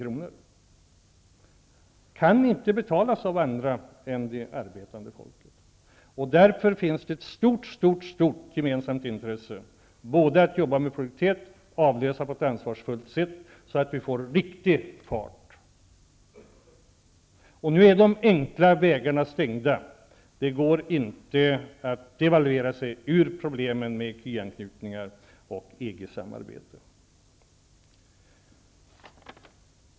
Det kan inte betalas av andra än det arbetande folket. Därför finns det ett stort gemensamt intresse att arbeta för produktivitetsförbättringar och avlösa avtalet på ett ansvarsfullt sätt, så att vi får riktig fart på ekonomin. Nu är de enkla vägarna stängda. Det går inte att devalvera sig ur problemen, med ecuanknytning och EG-samarbete.